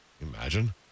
Imagine